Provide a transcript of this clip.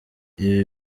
ibi